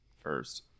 first